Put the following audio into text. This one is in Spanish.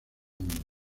mundo